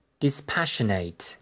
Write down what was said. dispassionate